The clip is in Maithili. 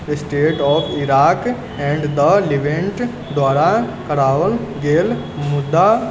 state of Iraq and the Levant द्वारा कराओल गेल मुदा